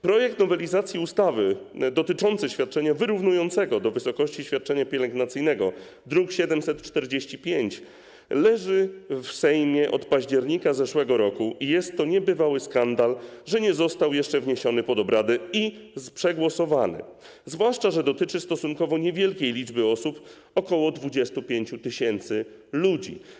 Projekt nowelizacji ustawy dotyczący świadczenia wyrównującego do wysokości świadczenia pielęgnacyjnego, druk nr 745, leży w Sejmie od października zeszłego roku i jest to niebywały skandal, że nie został jeszcze wniesiony pod obrady i przegłosowany, zwłaszcza że dotyczy stosunkowo niewielkiej liczby osób, ok. 25 tys. ludzi.